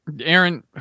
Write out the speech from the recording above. Aaron